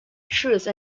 truce